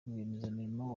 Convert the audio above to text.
rwiyemezamirimo